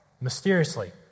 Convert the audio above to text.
Mysteriously